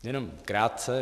Jenom krátce.